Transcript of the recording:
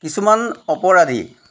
কিছুমান অপৰাধী